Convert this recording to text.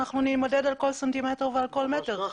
אנחנו נימדד על כל סנטימטר ועל כל מטר.